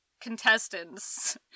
contestants